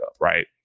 right